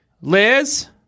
Liz